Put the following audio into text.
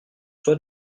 soit